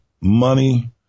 money